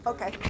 Okay